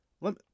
Let